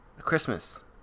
Christmas